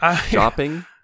Shopping